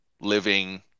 living